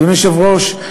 אדוני היושב-ראש,